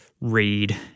read